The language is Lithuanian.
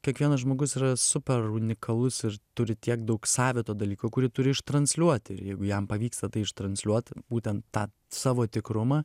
kiekvienas žmogus yra super unikalus ir turi tiek daug savito dalyko kurį turi transliuoti ir jeigu jam pavyksta tai transliuot būtent tą savo tikrumą